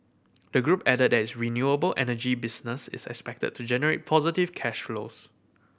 the group added that its renewable energy business is expected to generate positive cash flows